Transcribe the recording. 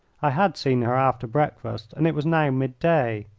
i had seen her after breakfast and it was now mid-day.